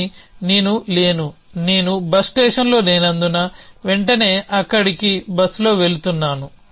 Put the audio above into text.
కానీ నేను లేను నేను బస్ స్టేషన్లో లేనందున వెంటనే అక్కడికి బస్సులో వెళుతున్నాను